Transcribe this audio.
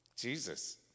Jesus